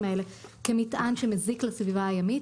האלה כמטען שמזיק לסביבה הימית,